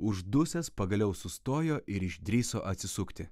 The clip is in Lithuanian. uždusęs pagaliau sustojo ir išdrįso atsisukti